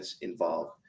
involved